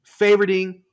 favoriting